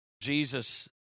Jesus